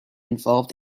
involved